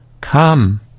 Come